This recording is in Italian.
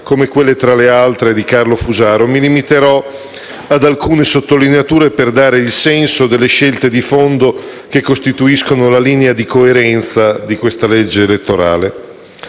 (come quella, tra le altre, di Carlo Fusaro), mi limiterò ad alcune sottolineature per dare il senso delle scelte di fondo che costituiscono la linea di coerenza di questo disegno di legge elettorale.